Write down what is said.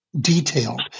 detailed